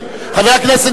(חברת הכנסת אורית זוארץ יוצאת מאולם המליאה.) חבר הכנסת,